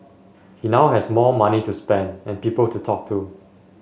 he now has more money to spend and people to talk to